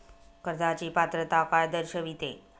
कर्जाची पात्रता काय दर्शविते?